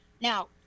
Now